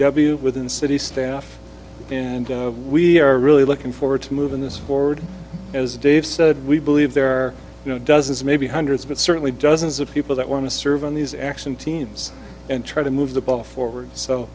w within city staff in we are really looking forward to moving this forward as dave said we believe there are you know dozens maybe hundreds but certainly dozens of people that want to serve in these acts and teams and try to move the ball forward so